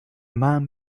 man